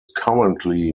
currently